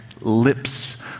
lips